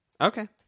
Okay